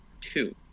two